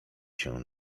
się